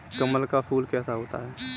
कमल का फूल कैसा होता है?